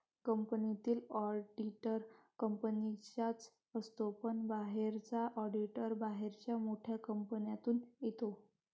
कंपनीतील ऑडिटर कंपनीचाच असतो पण बाहेरचा ऑडिटर बाहेरच्या मोठ्या कंपनीतून येतो